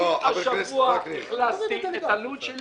אני השבוע אכלסתי את הלול שלי